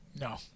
No